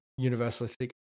universalistic